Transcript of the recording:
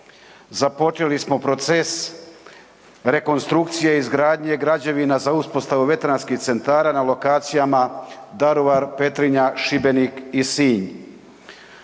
započeli smo proces rekonstrukcije izgradnje građevina za uspostavu veteranskih centara na lokacijama Daruvar, Petrinja, Šibenik i Sinj.